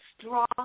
strong